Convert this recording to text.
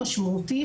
משמעותי,